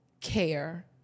care